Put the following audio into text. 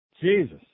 Jesus